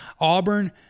Auburn